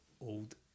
Old